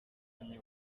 myanya